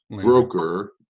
broker